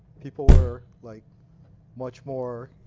people were like much more,